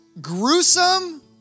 gruesome